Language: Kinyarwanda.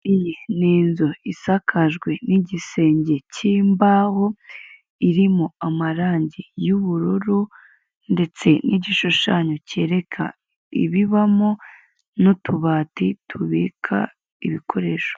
Iyi ni inzu isakajwe n'igisenge cy'imbaho irimo amarangi y'ubururu ndetse n'igishushanyo cyereka ibibamo n'utubati tubika ibikoresho.